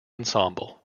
ensemble